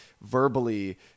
verbally